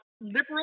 liberal